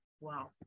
Wow